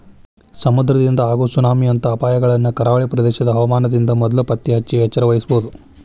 ಸಮುದ್ರದಿಂದ ಆಗೋ ಸುನಾಮಿ ಅಂತ ಅಪಾಯಗಳನ್ನ ಕರಾವಳಿ ಪ್ರದೇಶದ ಹವಾಮಾನದಿಂದ ಮೊದ್ಲ ಪತ್ತೆಹಚ್ಚಿ ಎಚ್ಚರವಹಿಸಬೊದು